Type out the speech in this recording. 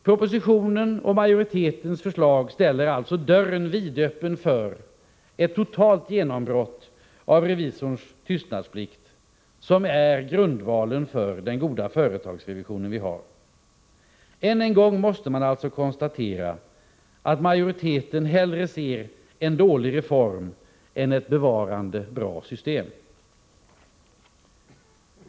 Propositionen och majoritetens förslag ställer alltså dörren vidöppen för ett totalt genombrott av revisorns tystnadsplikt, som är grundvalen för den goda företagsrevision som vi har. Än en gång måste man alltså konstatera att utskottsmajoriteten hellre ser en dålig reform än bevarandet av ett bra system.